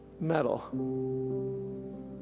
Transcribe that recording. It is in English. Metal